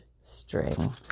string